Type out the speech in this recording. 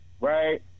right